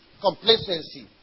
Complacency